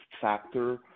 factor